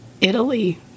Italy